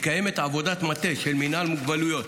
מתקיימת עבודת מטה של מינהל מוגבלויות